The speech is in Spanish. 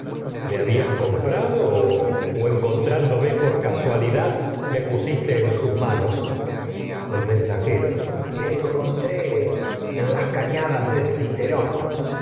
me habías comprado o encontrándo me por casualidad me pusiste en sus manos las el mensajero te encontré en cañadas del citerón